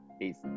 peace